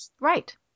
Right